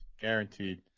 Guaranteed